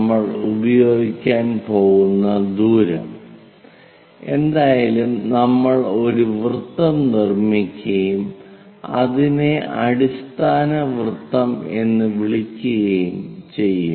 നമ്മൾ ഉപയോഗിക്കാൻ പോകുന്ന ദൂരം എന്തായാലും നമ്മൾ ഒരു വൃത്തം നിർമ്മിക്കുകയും അതിനെ അടിസ്ഥാന വൃത്തം എന്ന് വിളിക്കുകയും ചെയ്യും